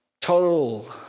Total